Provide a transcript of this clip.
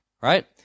right